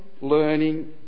learning